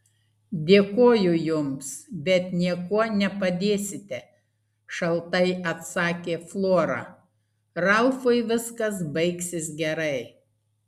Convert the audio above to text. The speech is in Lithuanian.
dėkoju jums bet niekuo nepadėsite šaltai atsakė flora ralfui viskas baigsis gerai